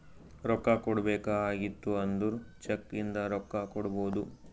ರೊಕ್ಕಾ ಕೊಡ್ಬೇಕ ಆಗಿತ್ತು ಅಂದುರ್ ಚೆಕ್ ಇಂದ ರೊಕ್ಕಾ ಕೊಡ್ಬೋದು